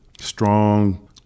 strong